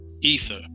ether